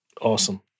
Awesome